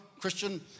Christian